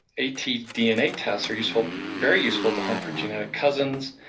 atdna tests are useful, very useful to hunt for genetic cousins,